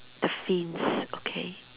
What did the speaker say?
the fins okay